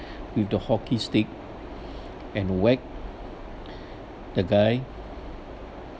with the hockey stick and whack the guy